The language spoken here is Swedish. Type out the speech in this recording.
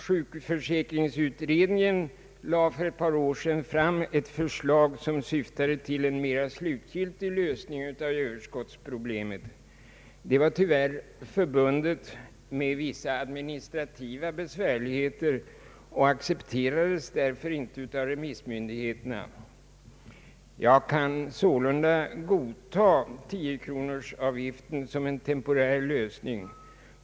Sjukförsäkringsutredningen lade för ett par år sedan fram ett förslag som syftade till en mera slutgiltig lösning av Ööverskottsproblemet. Det var tyvärr förbundet med vissa administrativa besvärligheter och accepterades därför inte av remissmyndigheterna. Jag kan sålunda godta tiokronorsavgiften som en temporär lösning.